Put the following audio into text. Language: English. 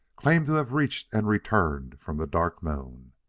claims to have reached and returned from the dark moon.